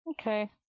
Okay